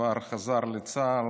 חזר לצה"ל,